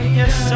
yes